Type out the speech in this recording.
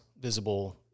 visible